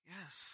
Yes